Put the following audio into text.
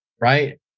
right